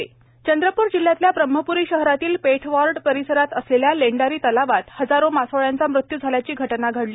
मासे मृत्यू चंद्रपूर जिल्ह्यातल्या ब्रम्हपूरी शहरातील पेठवाई परिसरात असलेल्या लेंडारी तलावात हजारो हजारो मासोळ्यांचा मृत्यू झाल्याची घटना घडली